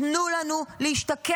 תנו לנו להשתקם,